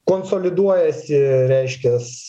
konsoliduojasi reiškias